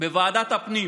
בוועדת הפנים